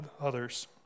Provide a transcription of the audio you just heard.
others